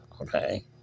Okay